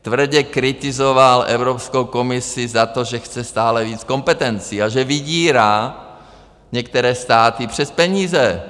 Tvrdě kritizoval Evropskou komisi za to, že chce stále víc kompetencí a že vydírá některé státy přes peníze.